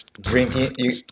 Drinking